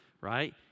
right